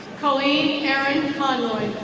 colleen aaron conroy.